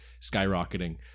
skyrocketing